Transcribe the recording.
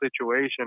situation